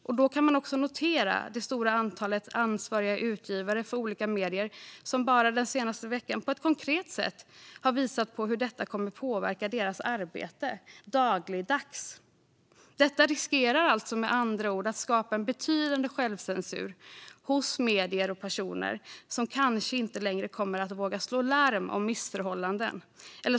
Man kan också notera det stora antalet ansvariga utgivare för olika medier som bara den senaste veckan på ett konkret sätt har visat hur detta kommer att påverka deras arbete - dagligdags. Detta riskerar med andra ord att skapa en betydande självcensur hos medier och personer, som kanske inte längre kommer att våga slå larm om missförhållanden.